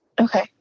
Okay